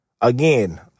Again